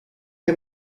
que